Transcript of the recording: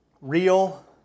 Real